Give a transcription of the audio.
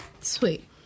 Sweet